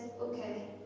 okay